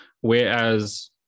Whereas